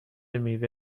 میوه